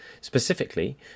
Specifically